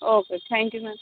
okay thank you ma'am